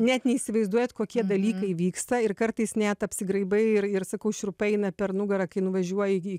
net neįsivaizduojat kokie dalykai vyksta ir kartais net apsigraibai ir ir sakau šiurpai eina per nugarą kai nuvažiuoji į